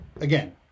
again